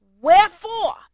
wherefore